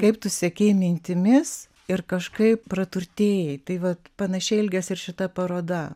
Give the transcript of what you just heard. kaip tu sekei mintimis ir kažkaip praturtėjai tai vat panašiai elgiasi ir šita paroda